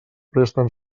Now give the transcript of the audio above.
presten